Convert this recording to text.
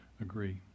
agree